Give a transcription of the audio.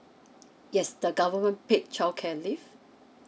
yes the government paid childcare leave